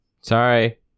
sorry